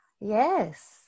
Yes